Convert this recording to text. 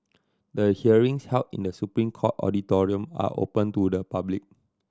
the hearings held in The Supreme Court auditorium are open to the public